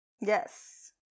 Yes